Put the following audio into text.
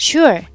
Sure